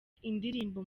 indirimbo